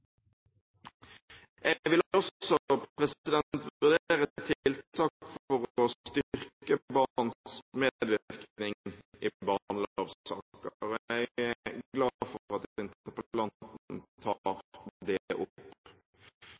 Jeg vil også vurdere tiltak for å styrke barns medvirkning i barnelovsaker, og jeg er glad for at interpellanten tar det opp. Det er